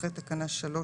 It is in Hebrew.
אחרי תקנה 3,